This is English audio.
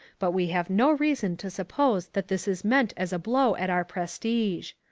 but we have no reason to suppose that this is meant as a blow at our prestige.